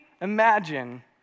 imagine